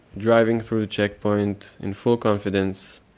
driving through the checkpoint in full confidence,